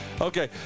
Okay